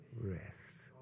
rest